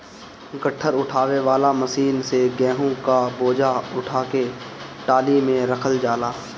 गट्ठर उठावे वाला मशीन से गेंहू क बोझा उठा के टाली में रखल जाला